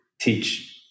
teach